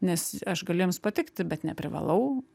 nes aš galiu jiems patikti bet neprivalau